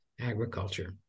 agriculture